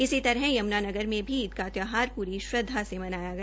इसी तरह यमुनानगर में भी ईद उल अजहा का त्यौहार पूरी श्रद्धा से मनाया गया